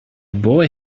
boy